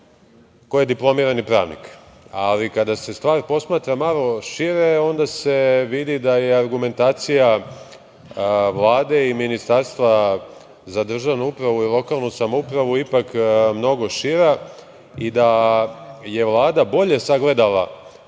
ko je diplomirani pravnik, ali kada se stvar posmatra malo šire, onda se vidi da je argumentacija Vlade i Ministarstva za državnu upravu i lokalnu samoupravu ipak mnogo šira i da je Vlada bolje sagledala